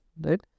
right